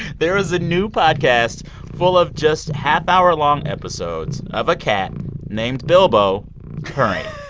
there is a new podcast full of just half-hour-long episodes of a cat named bilbo purring